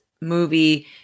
movie